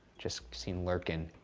just seen lurking.